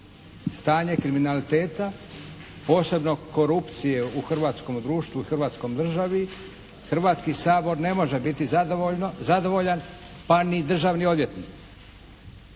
stanje kriminaliteta posebno korupcije u hrvatskom društvu i Hrvatskoj državi, Hrvatski sabor ne može biti zadovoljan pa ni državni odvjetnik.